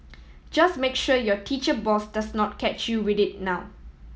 just make sure your teacher boss does not catch you with it now